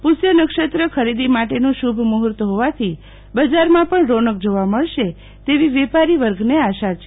પુષ્ય નક્ષત્ર ખરીદી માટેનું શુભ મુર્હત હોવાથી બજારમાં પણ રોનક જોવા મળશે વેપારી વર્ગને આશા છે